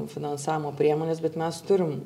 finansavimo priemonės bet mes turim